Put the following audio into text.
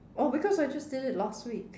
oh because I just did it last week